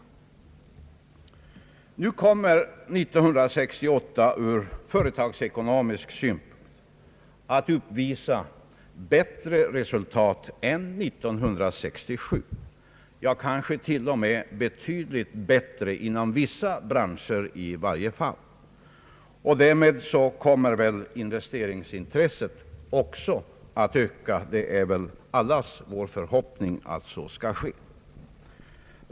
Eftersom 1968 ur företagsekonomisk synpunkt kommer att uppvisa bättre resultat än 1967, kanske till och med betydligt bättre i varje fall inom vissa branscher, kommer väl investeringsintresset också att öka. Det är allas vår förhoppning.